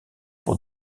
pour